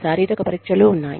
శారీరక పరీక్షలు ఉన్నాయి